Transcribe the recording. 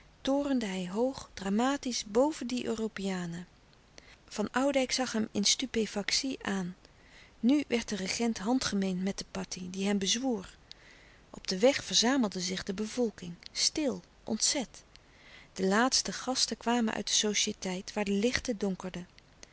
torende hij hoog dramatisch boven die europeanen van oudijck zag hem in stupefactie aan nu werd de regent handgemeen met den patih die hem bezwoer op den weg verzamelde zich de bevolking stil ontzet de laatste gasten kwamen uit de societeit waar de lichten donkerden